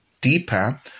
deeper